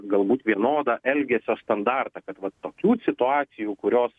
galbūt vienodą elgesio standartą kad vat tokių situacijų kurios